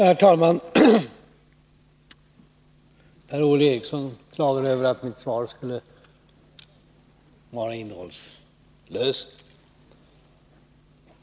Herr talman! Per-Ola Eriksson klagade över att mitt svar skulle vara innehållslöst.